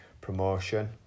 promotion